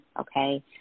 okay